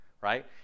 right